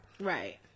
Right